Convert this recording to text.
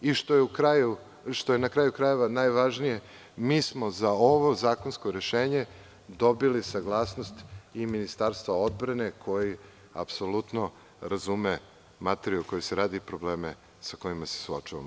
Na kraju, ono što je i najvažnije, mi smo za ovo zakonsko rešenje dobili saglasnost i Ministarstva odbrane koje apsolutno razume materiju o kojoj se radi i probleme sa kojima se suočavamo.